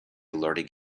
learning